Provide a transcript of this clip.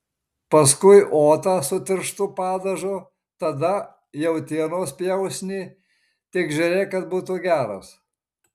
paskui otą su tirštu padažu tada jautienos pjausnį tik žiūrėk kad būtų geras